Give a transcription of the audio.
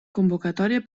convocatòria